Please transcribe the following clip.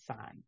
sign